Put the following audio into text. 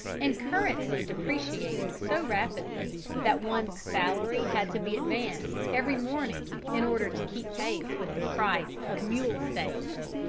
and currency depreciating so rapidly that one's salary had to be advanced every morning in order to keep pace with the price of mule-steaks.